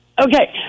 Okay